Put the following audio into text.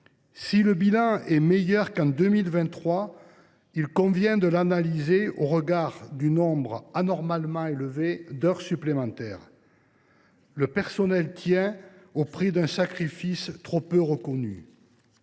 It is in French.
Si le bilan est meilleur qu’en 2023, il convient de l’analyser au regard du nombre anormalement élevé d’heures supplémentaires. Le personnel tient au prix d’un sacrifice trop peu reconnu.